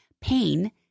pain